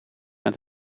met